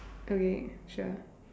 okay sure